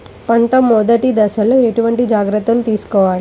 పంట మెదటి దశలో ఎటువంటి జాగ్రత్తలు తీసుకోవాలి?